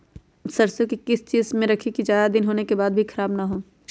सरसो को किस चीज में रखे की ज्यादा दिन होने के बाद भी ख़राब ना हो?